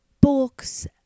books